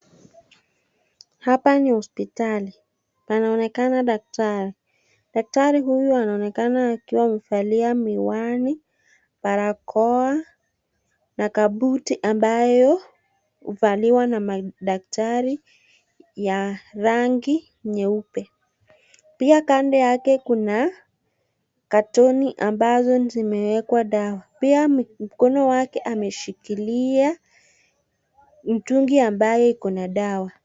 Hapa ni hospitali. Panaonekana daktari. Daktari huyu anaonakena kuwa amevalia miwani, barakoa na kabuti ambayo huvaliwa na madaktari ya rangi nyeupe. Pia kando yake kuna katoni ambazo zimewekwa dawa. Pia mkono wake ameshikilia mtungi ambayo iko na dawa.